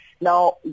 Now